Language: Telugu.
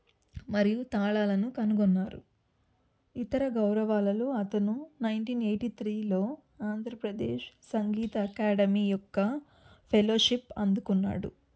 మరియు తాళాలను కనుగొన్నారు ఇతర గౌరవాలలో అతను నైన్టీన్ ఎయిటీ త్రీలో ఆంధ్రప్రదేశ్ సంగీత అకాడమీ యొక్క ఫెలోషిప్ అందుకున్నాడు